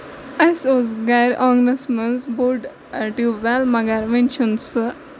اَسہِ اوس گرِ آنگنَس منٛز بوٚڑ ٹوٗبویل مَگر ؤنۍ چھُنہٕ سُہ